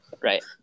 Right